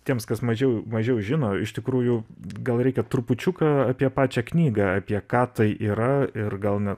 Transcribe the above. tiems kas mažiau mažiau žino iš tikrųjų gal reikia trupučiuką apie pačią knygą apie ką tai yra ir gal na